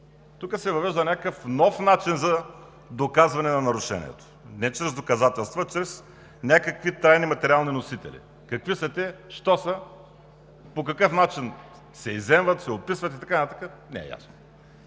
Тук се въвежда някакъв нов начин за доказване на нарушението – не чрез доказателства, а чрез някакви тайни материални носители, а какви са те, що са, по какъв начин се изземват и описват, не е ясно.